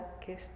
que